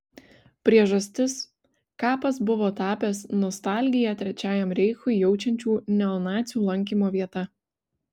priežastis kapas buvo tapęs nostalgiją trečiajam reichui jaučiančių neonacių lankymo vieta